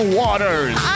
waters